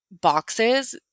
boxes